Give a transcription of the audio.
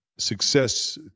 Success